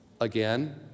again